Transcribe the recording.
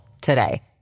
today